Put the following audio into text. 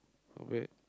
alright